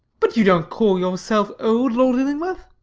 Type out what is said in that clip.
but you don't call yourself old, lord illingworth?